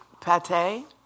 pate